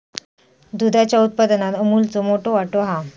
दुधाच्या उत्पादनात अमूलचो मोठो वाटो हा